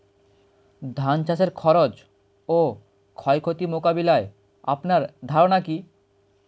ধান চাষের খরচ ও ক্ষয়ক্ষতি মোকাবিলায় আপনার ধারণা কী?